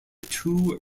two